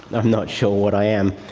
i'm not sure what i am.